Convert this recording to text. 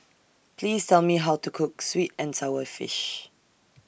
Please Tell Me How to Cook Sweet and Sour Fish